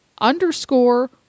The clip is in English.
underscore